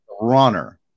runner